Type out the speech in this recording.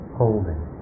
holding